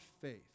faith